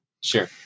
Sure